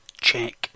check